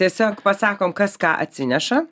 tiesiog pasakom kas ką atsineša